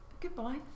Goodbye